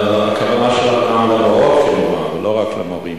הכוונה שלך גם למורות, כמובן, ולא רק למורים.